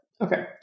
okay